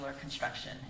construction